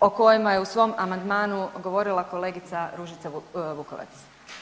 o kojima je u svom amandmanu govorila kolegica Ružica Vukovac.